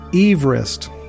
Everest